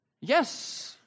Yes